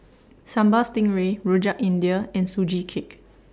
Sambal Stingray Rojak India and Sugee Cake